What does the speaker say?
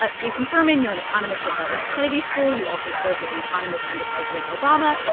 ah jason furman, you're an economist with harvard's kennedy school. you also served as an economist under president obama.